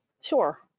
Sure